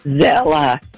Zella